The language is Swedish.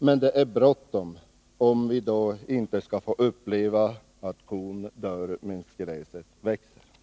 Men det är bråttom, om vi i dag inte skall få uppleva att ”medan gräset växer dör kon”.